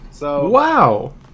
Wow